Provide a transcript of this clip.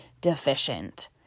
deficient